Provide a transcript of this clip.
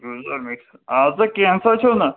اہن سا مےٚ چھُ ادٕ سا کیٚنٛہہ نہ سا چھُںہٕ